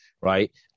right